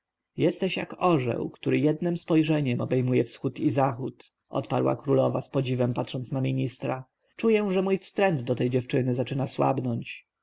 jesteś jak orzeł który jednem spojrzeniem obejmuje wschód i zachód odparła królowa z podziwem patrząc na ministra czuję że mój wstręt do tej dziewczyny zaczyna słabnąć